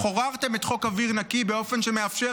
חוררתם את חוק אוויר נקי באופן שמאפשר